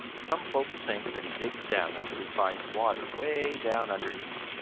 some folks think that he digs down until he finds water way down underneath,